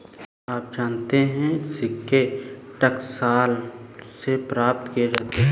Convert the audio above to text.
क्या आप जानते है सिक्के टकसाल से प्राप्त किए जाते हैं